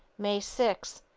may six,